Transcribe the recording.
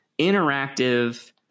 interactive